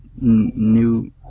new